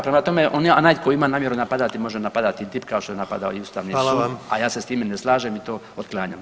Prema tome, onaj tko ima namjeru napadati može napadati tip kao što je napadao i ustavni sud, a ja se s time ne slažem i to otklanjam.